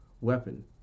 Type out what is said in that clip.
weapon